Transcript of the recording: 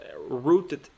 rooted